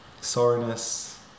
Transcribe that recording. soreness